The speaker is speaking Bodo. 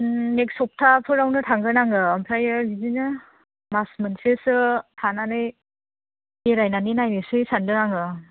नेक्स्ट सफ्थाफोरावनो थांगोन आङो ओमफ्राय बिदिनो मास मोनसेसो थानानै बेरायनानै नायनोसै सानदों आङो